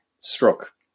struck